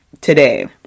today